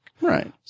Right